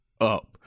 up